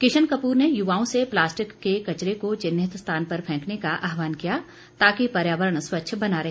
किशन कपूर ने यूवाओं से प्लास्टिक के कचरे को चिन्हित स्थान पर फैंकने का आहवान किया ताकि पर्यावरण स्वच्छ बना रहे